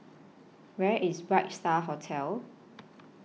Where IS Bright STAR Hotel